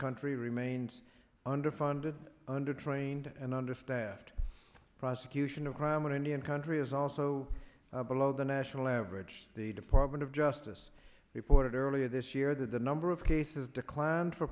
country remains underfunded undertrained and understaffed prosecution of crime in indian country is also below the national average the department of justice reported earlier this year that the number of cases declined for